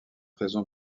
raison